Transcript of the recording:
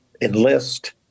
enlist